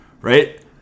right